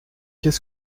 qu’est